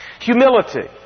Humility